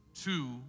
two